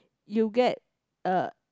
you get a